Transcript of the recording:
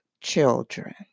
children